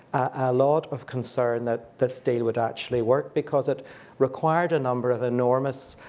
lot of concern that this deal would actually work. because it required a number of enormous